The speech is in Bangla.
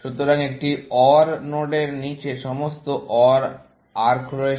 সুতরাং একটি OR নোডের নীচে সমস্ত OR আর্ক রয়েছে